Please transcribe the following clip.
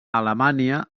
alemanya